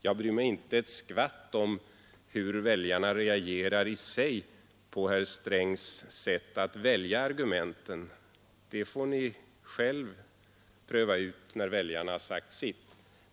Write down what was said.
Jag bryr mig inte ett skvatt om hur väljarna reagerar i sig på herr Strängs sätt att välja argumenten. Det får ni själva finna ut när väljarna sagt sitt.